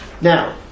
Now